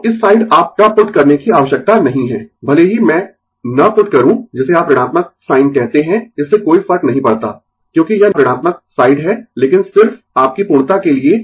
तो इस साइड आपका पुट करने की आवश्यकता नहीं है भले ही मैं न पुट करूँ जिसे आप ऋणात्मक साइन कहते है इससे कोई फर्क नहीं पड़ता क्योंकि यह ऋणात्मक साइड है लेकिन सिर्फ आपकी पूर्णता के लिए